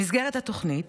במסגרת התוכנית